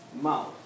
mouth